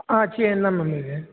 ஆ சரி இல்லை மேம் இது